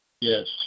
Yes